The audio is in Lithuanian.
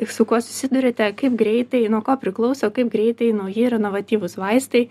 su kuo susiduriate kaip greitai nuo ko priklauso kaip greitai nauji ir inovatyvūs vaistai